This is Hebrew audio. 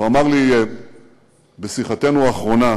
הוא אמר לי בשיחתנו האחרונה: